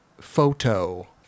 photo